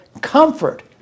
comfort